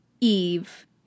Eve